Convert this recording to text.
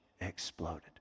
exploded